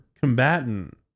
combatant